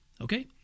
Okay